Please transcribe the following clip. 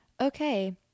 okay